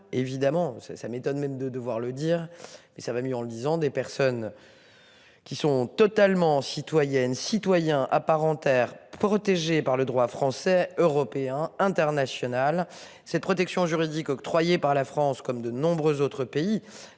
évidemment ça m'étonne même de devoir le dire mais ça va mieux en le disant des personnes. Qui sont totalement citoyennes, citoyens à part en terre, protégés par le droit français, européen et international. Cette protection juridique octroyées par la France comme de nombreux autres pays